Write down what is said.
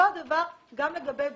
אותו דבר גם לגבי בדיקות.